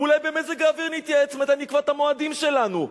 אולי על מזג האוויר נתייעץ מתי נקבע את המועדים שלנו.